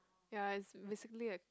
ya is basically like